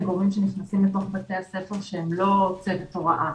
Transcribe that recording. גורמים שנכנסים לתוך בתי הספר שהם לא צוות הוראה,